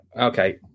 Okay